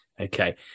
Okay